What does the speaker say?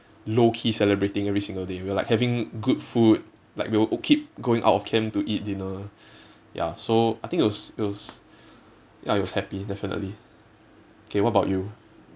low-key celebrating every single day we're like having good food like we'll keep going out of camp to eat dinner ya so I think it was it was ya it was happy definitely okay what about you